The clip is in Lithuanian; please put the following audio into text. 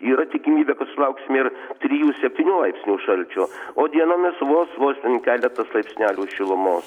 yra tikimybė kad sulauksime ir trijų septynių laipsnių šalčio o dienomis vos vos ten keletas laipsnelių šilumos